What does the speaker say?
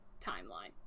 timeline